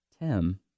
Tim